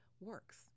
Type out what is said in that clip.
works